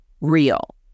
real